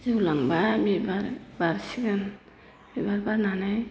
जौलांब्ला बिबार बारसिगोन बिबार बारनानै